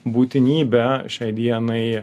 būtinybę šiai dienai